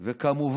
וכו'.